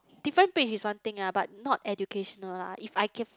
different page is one thing ah but not educational lah if I can